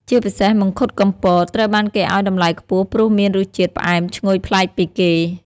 ជាពិសេស មង្ឃុតកំពត ត្រូវបានគេឲ្យតម្លៃខ្ពស់ព្រោះមានរសជាតិផ្អែមឈ្ងុយប្លែកពីគេ។